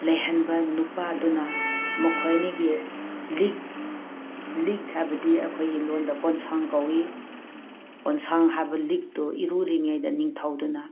ꯂꯩꯍꯟꯕ ꯅꯨꯄꯥꯗꯨꯅ ꯃꯈꯣꯏꯅꯤꯒꯤ ꯂꯤꯛ ꯂꯤꯛ ꯍꯥꯏꯕꯗꯤ ꯑꯩꯈꯣꯏꯒꯤ ꯂꯣꯟꯗ ꯀꯣꯟꯁꯪ ꯀꯧꯋꯤ ꯀꯣꯟꯁꯪ ꯍꯥꯏꯕ ꯂꯤꯛꯇꯨ ꯏꯔꯨꯔꯤꯉꯩꯗ ꯅꯤꯡꯊꯧꯗꯨꯅ